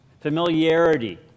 familiarity